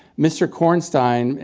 mr. kornstein,